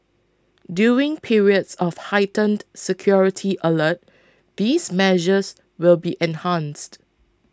during periods of heightened security alert these measures will be enhanced